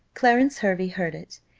clarence hervey heard it,